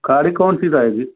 गाड़ी कौन सी रहेगी